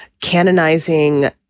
canonizing